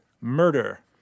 murder